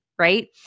Right